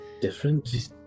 Different